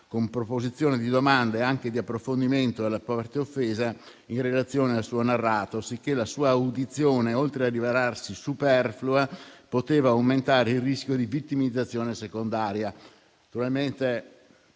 con proposizione di domande anche di approfondimento alla parte offesa in relazione al suo narrato, sicché la sua audizione, oltre a rivelarsi superflua, poteva aumentare il rischio di vittimizzazione secondaria».